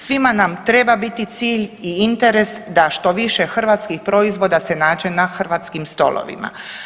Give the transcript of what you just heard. Svima nam treba biti cilj i interes da što više hrvatskih proizvoda se nađe na hrvatskim stolovima.